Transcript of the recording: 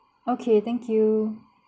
okay thank you